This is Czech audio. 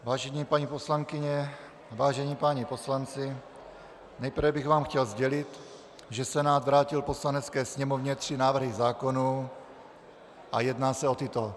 Vážené paní poslankyně, vážení páni poslanci, nejprve bych vám chtěl sdělit, že Senát vrátil Poslanecké sněmovně tři návrhy zákonů, jedná se o tyto...